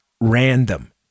random